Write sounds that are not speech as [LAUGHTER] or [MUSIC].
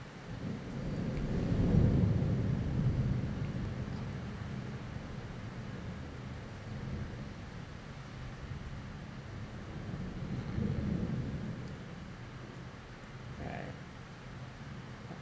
[NOISE] right